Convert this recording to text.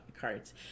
cards